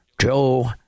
Joe